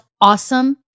awesome